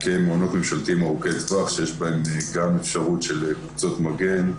כמעונות ממשלתיים ארוכי טווח שיש בהם אפשרות של קבוצות מגן.